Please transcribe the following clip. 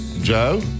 Joe